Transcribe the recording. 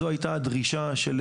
זו הייתה הדרישה של